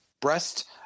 breast